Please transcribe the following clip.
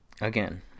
again